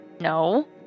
No